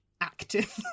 active